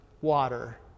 water